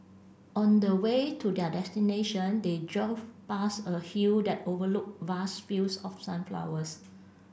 on the way to their destination they drove past a hill that overlooked vast fields of sunflowers